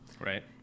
Right